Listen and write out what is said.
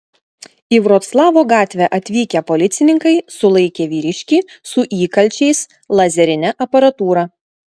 į vroclavo gatvę atvykę policininkai sulaikė vyriškį su įkalčiais lazerine aparatūra